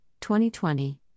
2020